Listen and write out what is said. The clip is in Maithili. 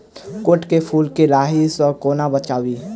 गोट केँ फुल केँ लाही सऽ कोना बचाबी?